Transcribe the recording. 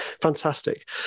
fantastic